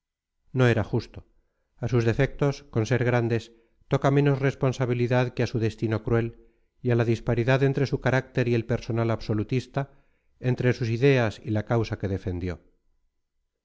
no era justo a sus defectos con ser grandes toca menos responsabilidad que a su destino cruel y a la disparidad entre su carácter y el personal absolutista entre sus ideas y la causa que defendió